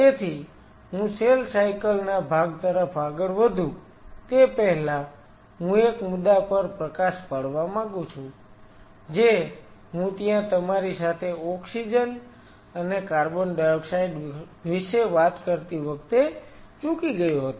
તેથી હું cell cycle ના ભાગ તરફ આગળ વધું તે પહેલાં હું એક મુદ્દા પર પ્રકાશ પાડવા માંગુ છું જે હું ત્યાં તમારી સાથે ઓક્સિજન અને કાર્બન ડાયોક્સાઈડ વિશે વાત કરતી વખતે ચૂકી ગયો હતો